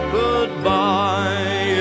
goodbye